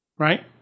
Right